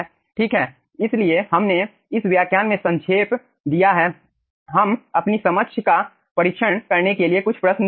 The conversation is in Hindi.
ठीक है इसलिए हमने इस व्याख्यान में संक्षेप दिया है हम अपनी समझ का परीक्षण करने के लिए कुछ प्रश्न जानें